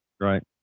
right